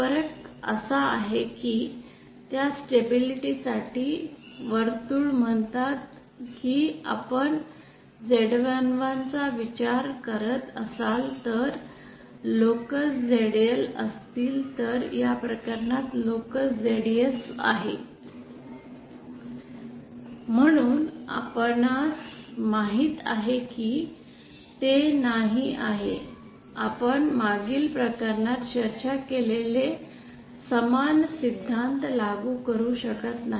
फरक असा आहे की त्या स्टॅबिलिटी साठी वर्तुळ म्हणतात की आपण Z11 चा विचार करत असाल तर लोकस ZL असतील तर या प्रकरणात लोकस ZS आहे म्हणूनच आपणास माहित आहे की ते नाही आहे आपण मागील प्रकरणात चर्चा केलेले समान सिद्धांत लागू करू शकत नाही